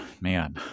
man